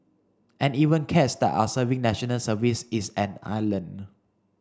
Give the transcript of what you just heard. and even cats that are serving National Service is an island